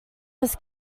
was